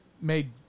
made